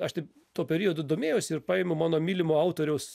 aš taip tuo periodu domėjausi ir paimu mano mylimo autoriaus